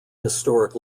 historic